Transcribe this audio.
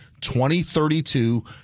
2032